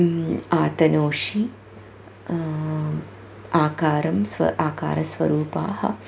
आतनोषि आकारं स्व आकारस्वरूपाः